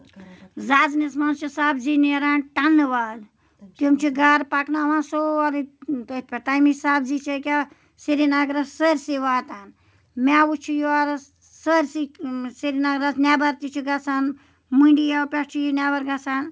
زَزنِس منٛز چھِ سَبزی نیران ٹَنہٕ واد تِم چھِ گرٕ پَکناوان سورُے تٔتھۍ پٮ۪ٹھ تَمِچ سَبزی چھےٚ أکیاہ سری نَگرَس سٲرسٕے واتان میوٕ چھُ یورٕ سٲرسٕے سری نَگرَس نیٚبر تہِ چھُ گژھان مٔنڈِیو پٮ۪ٹھ چھُ یہِ نیٚبر گژھان